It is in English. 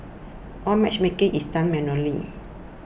all matchmaking is done manually